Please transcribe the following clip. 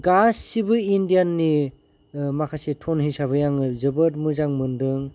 गासिबो इण्डियाननि माखासे टन हिसाबै आङो जोबोद मोजां मोनदों